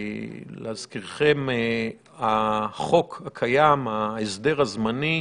להזכירכם, התוקף של החוק הקיים, של ההסדר הזמני,